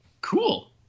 cool